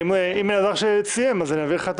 אם אלעזר סיים, אני אביא לך.